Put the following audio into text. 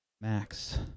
Max